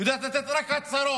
היא יודעת לתת רק הצהרות.